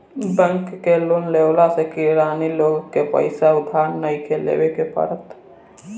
bank के loan देवला से किरानी लोग के पईसा उधार नइखे लेवे के पड़त